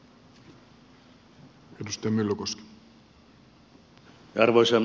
arvoisa herra puhemies